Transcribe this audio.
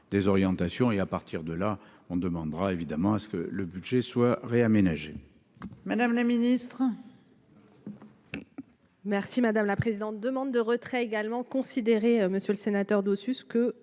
et à partir de là, on demandera évidemment à ce que le budget soit réaménagé.